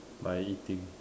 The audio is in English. by eating